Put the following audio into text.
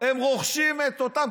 הם רוכשים אותן,